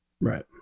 Right